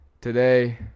today